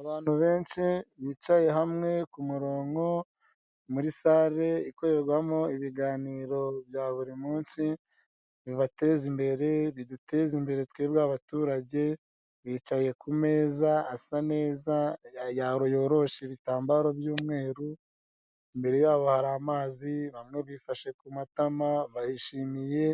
Abantu benshi bicaye hamwe ku murongo muri sare ikorerwamo ibiganiro bya buri munsi bibateza imbere, biduteza imbere twebwe abaturage, bicaye kumeza asa neza yoroshe ibitambaro by'umweru, imbere yabo hari amazi, bamwe bifashe ku matama bishimiye